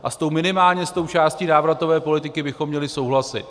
A minimálně s tou částí návratové politiky bychom měli souhlasit.